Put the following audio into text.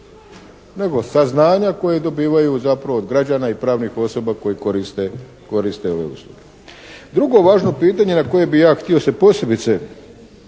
nego saznanja koje dobivaju zapravo od građana i pravnih osoba koje koriste ove usluge. Drugo važno pitanje na koje bi ja htio se posebice